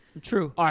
True